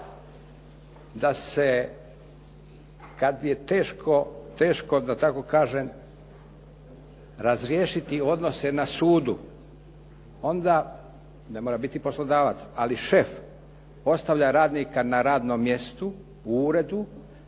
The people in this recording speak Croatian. Da se kad je teško, da tako kažem, razriješiti odnose na sudu, onda, ne mora biti poslodavac, ali šef ostavlja radnika na radnom mjestu u uredu,